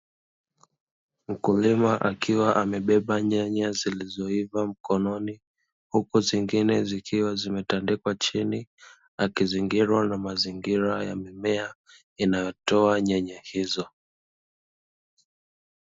Mkulima akiwa amebeba nyanya zilizoiva mkononi, huku zingine zikiwa zimetandikwa chini, akizingirwa na mazingira ya mimea, inayotoa nyanya hizo.